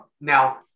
now